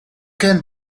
can